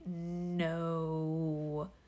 no